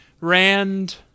Rand